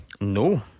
No